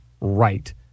right